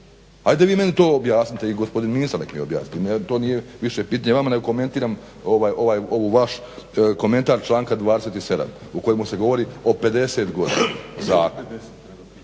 Ajde vi meni to objasnite i neka gospodin ministar to meni objasni. To nije više pitanje vama nego komentiram ovaj vaš komentar članka 27.u kojemu se govori o 50 godina zakup.